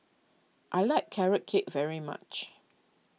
I like Carrot Cake very much